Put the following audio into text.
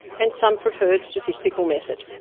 and some preferred statistical method.